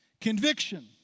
Conviction